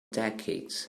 decades